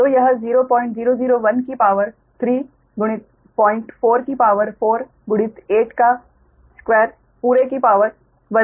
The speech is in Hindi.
तो यह 0001 की शक्ति 3 गुणित 04 की शक्ति 4 गुणित 8 का वर्ग पूरे की शक्ति 19